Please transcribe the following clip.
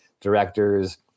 directors